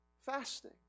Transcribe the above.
fasting